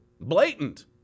blatant